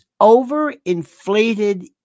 overinflated